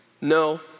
No